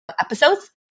episodes